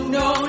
no